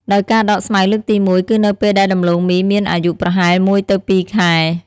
ដោយការដកស្មៅលើកទី១ គឺនៅពេលដែលដំឡូងមីមានអាយុប្រហែល ១ ទៅ ២ ខែ។